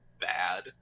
bad